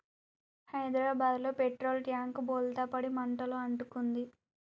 హైదరాబాదులో petrol tank బోల్తా పడి మంటలు అంటుకుంది